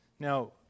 Now